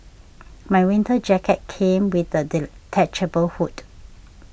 my winter jacket came with a detachable hood